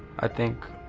i think.